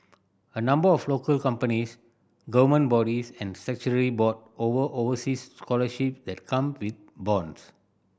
a number of local companies government bodies and statutory board over overseas scholarship that come with bonds